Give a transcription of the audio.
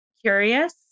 curious